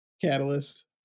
catalyst